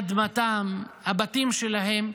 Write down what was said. אדמתם, הבתים שלהם,